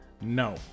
No